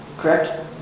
Correct